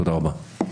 תודה רבה.